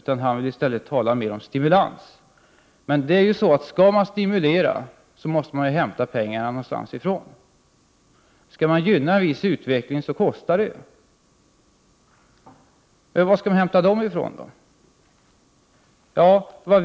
Han vill i stället tala mer om stimulans. Men skall det ske stimulans måste pengarna hämtas någonstans. Det kostar att gynna en viss utveckling. Var skall man hämta de pengarna från?